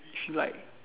she like